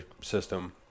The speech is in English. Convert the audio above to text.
system